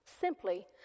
simply